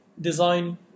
design